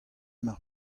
mar